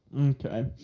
Okay